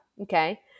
okay